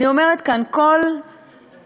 אני אומרת כאן, נמנע.